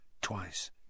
twice